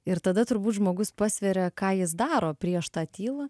ir tada turbūt žmogus pasveria ką jis daro prieš tą tylą